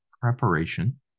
preparation